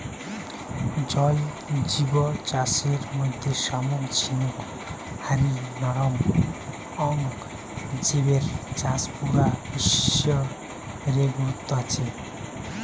জল জিব চাষের মধ্যে শামুক ঝিনুক হারি নরম অং জিবের চাষ পুরা বিশ্ব রে গুরুত্ব আছে